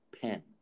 pen